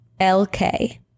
LK